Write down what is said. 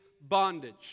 bondage